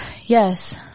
Yes